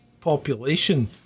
population